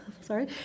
sorry